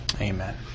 Amen